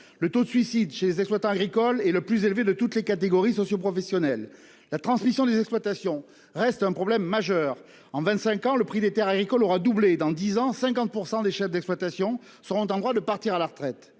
Le taux de suicide chez les exploitants agricoles et le plus élevé de toutes les catégories socioprofessionnelles. La transmission des exploitations reste un problème majeur en 25 ans le prix des Terres agricoles aura doublé dans 10 ans, 50% des chefs d'exploitation seront en droit de partir à la retraite